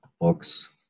books